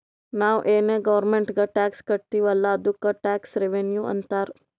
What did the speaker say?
ನಾವು ಏನ್ ಗೌರ್ಮೆಂಟ್ಗ್ ಟ್ಯಾಕ್ಸ್ ಕಟ್ತಿವ್ ಅಲ್ಲ ಅದ್ದುಕ್ ಟ್ಯಾಕ್ಸ್ ರೆವಿನ್ಯೂ ಅಂತಾರ್